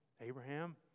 Abraham